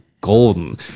golden